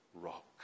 rock